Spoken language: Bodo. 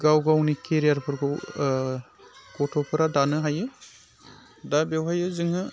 गावगावनि केरियारफोरखौ गथ'फोरा दानो हायो दा बेवहाय जोङो